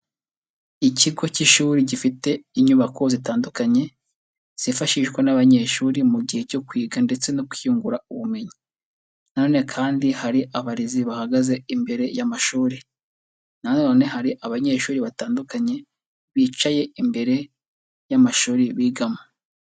Ikigo cy'ishuri gifite inyubako zitandukanye, zifashishwa n'abanyeshuri mu gihe cyo kwiga ndetse no kwiyungura ubumenyi na none kandi hari abarezi bahagaze imbere y'amashuri na none hari abanyeshuri batandukanye bicaye imbere y'amashuri bigamo.